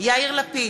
יאיר לפיד,